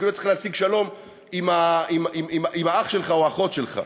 כי אתה צריך להשיג שלום עם האח שלך או עם האחות שלך.